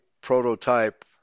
prototype